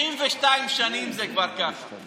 72 שנים זה כבר ככה.